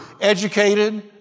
educated